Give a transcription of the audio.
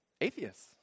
atheists